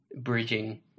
bridging